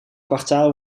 kwartaal